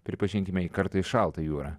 pripažinkime į kartais šaltą jūrą